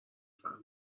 فهمه